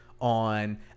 on